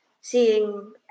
seeing